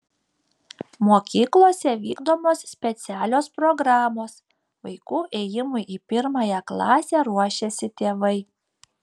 mokyklose vykdomos specialios programos vaikų ėjimui į pirmąją klasę ruošiasi tėvai